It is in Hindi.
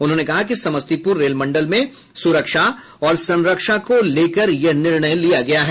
उन्होंने कहा कि समस्तीपुर रेल मंडल में सुरक्षा और संरक्षा को लेकर यह निर्णय लिया गया है